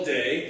day